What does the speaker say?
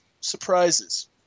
surprises